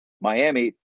Miami